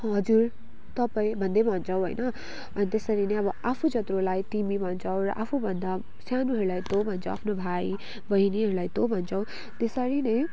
हजुर तपाईँ भन्दै भन्छौँ होइन अनि त्यसरी नै अब आफू जत्रोलाई तिमी भन्छौँ र आफूभन्दा सानोहरूलाई तँ भन्छौँ आफ्नो भाइ बहिनीहरूलाई तँ भन्छौँ त्यसरी नै